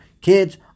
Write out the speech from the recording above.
Kids